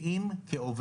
זה חוד